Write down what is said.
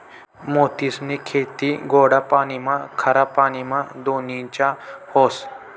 मोतीसनी खेती गोडा पाणीमा, खारा पाणीमा धोनीच्या व्हस